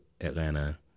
Atlanta